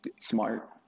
smart